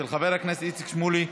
של חבר הכנסת איציק שמולי.